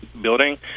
building